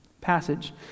passage